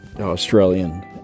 Australian